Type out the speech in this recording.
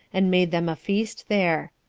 and made them a feast there.